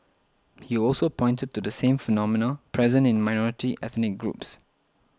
he also pointed to the same phenomena present in minority ethnic groups